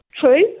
true